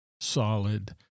solid